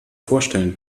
vorstellen